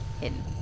Hidden